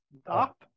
stop